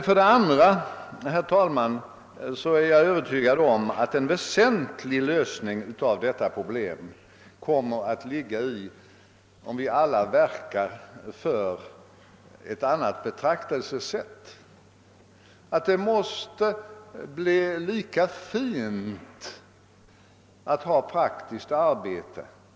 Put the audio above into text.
För det andra, herr talman, är jag övertygad om att en lösning av problemet kan främjas genom att vi alla verkar för ett nytt betraktelsesätt. Det måste bli lika fint att ha ett praktiskt arbete som ett mera studiebetonat.